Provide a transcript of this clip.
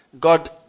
God